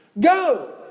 Go